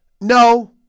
No